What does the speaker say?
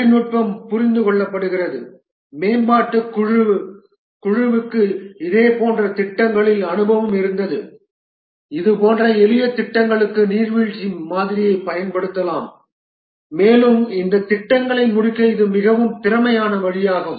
தொழில்நுட்பம் புரிந்து கொள்ளப்படுகிறது மேம்பாட்டுக் குழுவுக்கு இதே போன்ற திட்டங்களில் அனுபவம் இருந்தது இதுபோன்ற எளிய திட்டங்களுக்கு நீர்வீழ்ச்சி மாதிரியைப் பயன்படுத்தலாம் மேலும் இந்த திட்டங்களை முடிக்க இது மிகவும் திறமையான வழியாகும்